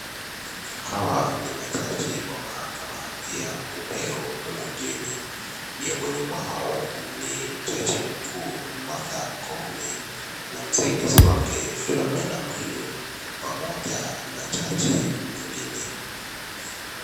Hawa ni majaji wa mahakama ya upeo humu nchini. Miongoni mwao ni jaji mkuu Martha Koome na msaidizi wake Philomena Muilu pamoja na jaji mwingine.